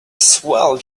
swell